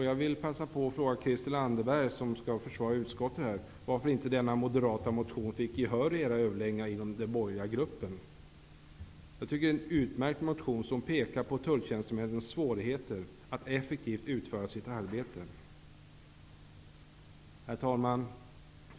Jag vill passa på att fråga Christel Anderberg, som skall försvara utskottets ställningstaganden, varför inte den moderata motion jag talar om fick gehör i den borgerliga gruppens överläggningar. Det är en utmärkt motion som pekar på tulltjänstemännens svårigheter att effektivt utföra sitt arbete. Herr talman!